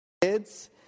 kids